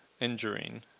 injuring